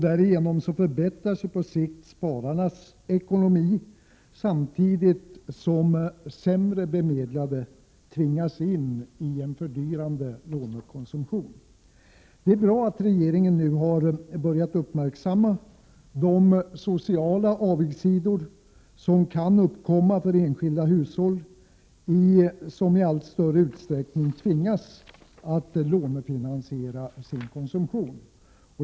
Därmed förbättras på sikt spararnas ekonomi samtidigt som sämre bemedlade tvingas in i en fördyrande lånekonsumtion. Det är bra att regeringen nu har börjat uppmärksamma de sociala avigsidor som kan uppkomma för enskilda hushåll som i större utsträckning tvingas att lånefinansiera sin konsumtion.